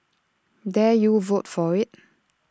dare you vote for IT